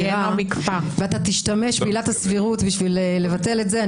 ואתה תשתמש בעילת הסבירות בשביל לבטל את זה,